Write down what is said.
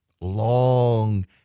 long